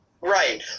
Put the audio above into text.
Right